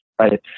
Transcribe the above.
right